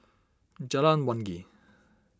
Jalan Wangi